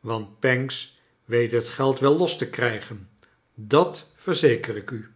want pancks weet het geld wel los te krijgen dat verzeker ik u